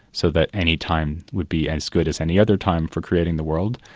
so that any time would be as good as any other time for creating the world,